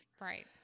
Right